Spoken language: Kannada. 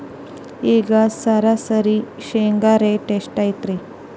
ಈಗ ಸರಾಸರಿ ಶೇಂಗಾ ರೇಟ್ ಎಷ್ಟು ಐತ್ರಿ?